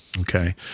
Okay